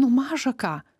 nu maža ką